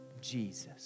Jesus